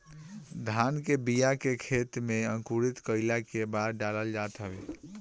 धान के बिया के खेते में अंकुरित कईला के बादे डालल जात हवे